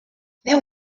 there